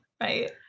right